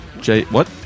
J-what